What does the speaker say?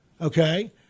Okay